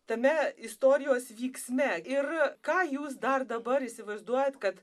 tame istorijos vyksme ir ką jūs dar dabar įsivaizduojat kad